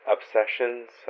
Obsessions